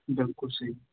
بِلکُل صحیح